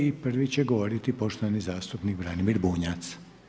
I prvi će govoriti poštovani zastupnik Branimir Bunjac.